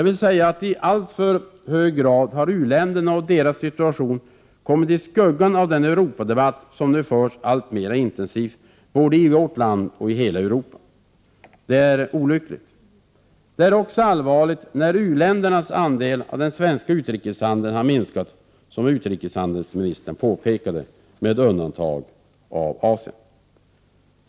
I alltför hög grad har u-länderna och deras situation kommit i skuggan av den Europadebatt som nu förs alltmera intensivt både i vårt land och i hela Europa. Det är olyckligt. Det är också allvarligt när u-ländernas andel av den svenska utrikeshandeln — med undantag av Asien — har minskat, som utrikeshandelsministern påpekade.